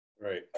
Right